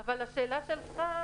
אבל השאלה שלך,